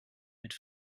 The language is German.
mit